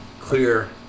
clear